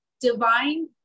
divine